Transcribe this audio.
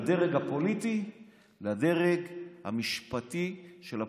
מהדרג הפוליטי לדרג המשפטי של הפרקליטות.